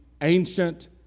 ancient